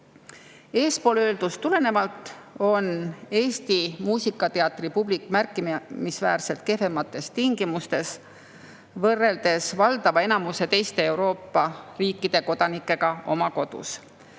Eespool öeldust tulenevalt on Eesti muusikateatri publik märkimisväärselt kehvemates tingimustes võrreldes enamiku teiste Euroopa riikide kodanikega oma kodus.